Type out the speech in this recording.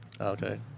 Okay